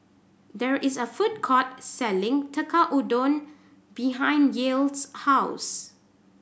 there is a food court selling Tekkadon behind Yael's house